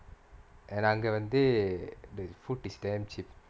and அங்க வந்து:anga vanthu the food is damn cheap